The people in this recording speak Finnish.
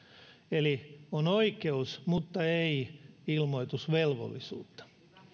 eli on oikeus mutta ei ilmoitusvelvollisuutta